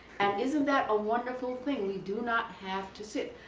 and isn't that a wonderful thing. we do not have to sit.